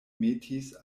metis